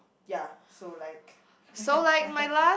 ya so like